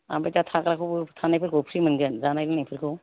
ओमफ्राय दा थाग्राखौबो थांनायफोरखौ फ्रि मोनगोन जानाय लोंनायफोरखौ